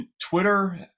Twitter